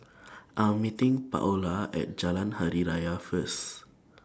I'm meeting Paola At Jalan Hari Raya First